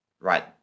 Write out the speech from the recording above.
Right